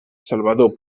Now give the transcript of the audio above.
salvador